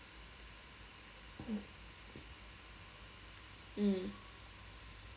mm